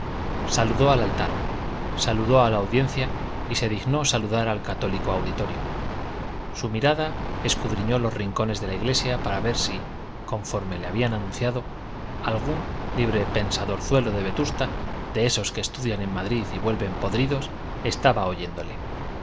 saludó al altar saludó a la audiencia y se dignó saludar al católico auditorio su mirada escudriñó los rincones de la iglesia para ver si conforme le habían anunciado algún libre pensadorzuelo de vetusta de esos que estudian en madrid y vuelven podridos estaba oyéndole